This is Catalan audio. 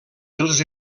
dels